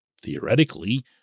Theoretically